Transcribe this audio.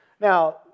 Now